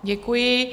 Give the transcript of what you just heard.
Děkuji.